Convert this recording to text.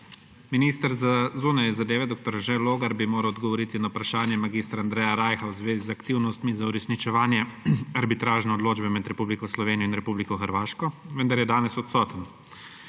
Minister za zunanje zadeve dr. Anže Logar bi moral odgovoriti na vprašanje mag. Andreja Rajha v zvezi z aktivnostmi za uresničevanje arbitražne odločbe med Republiko Slovenijo in Republiko Hrvaško, vendar je danes odsoten.